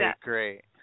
great